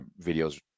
videos